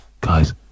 guys